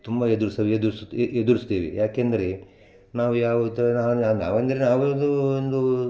ತುಂಬಾ ಎದುರಿಸಲು ಎದುರಿಸುತ್ತೆ ಎದುರಿಸ್ತೇವೆ ಯಾಕೆಂದರೆ ನಾವು ಯಾವ ಥರ ನಾವು ನಾವೆಂದರೆ ನಾವು ಅದು ಒಂದು